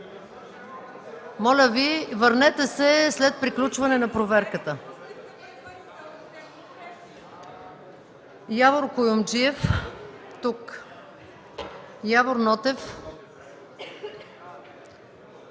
Моля Ви, върнете се след приключване на проверката.